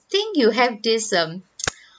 think you have this um